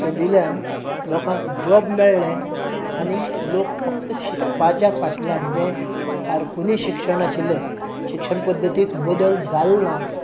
सोदिल्यान लोकांक जॉब मेळ्ळे आनी लोक फक्त शिकपाच्या फाटल्यान जें कारकुनी शिक्षण आशिल्लें शिक्षण पद्दतींत बदल जाल ना